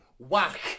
Whack